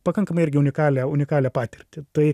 pakankamai irgi unikalią unikalią patirtį tai